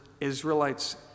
Israelites